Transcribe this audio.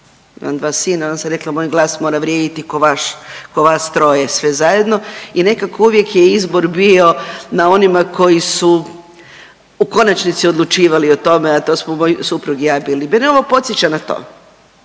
imam 2 sina, onda sam rekla, moj glas mora vrijediti kao vaš, k'o vas troje sve zajedno i nekako uvijek je izbor bio na onima koji su u konačnici odlučivali o tome, a to su moj suprug i ja bili. Mene ovo podsjeća na to.